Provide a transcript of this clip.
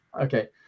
Okay